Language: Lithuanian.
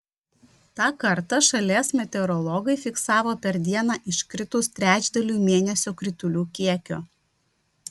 tą kartą šalies meteorologai fiksavo per dieną iškritus trečdaliui mėnesio kritulių kiekio